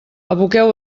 aboqueu